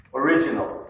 original